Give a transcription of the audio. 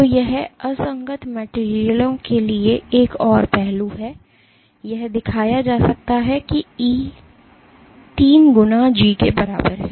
तो यह असंगत मटेरियलयों के लिए एक और पहलू है यह दिखाया जा सकता है कि E तीन गुना G के बराबर है